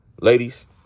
Ladies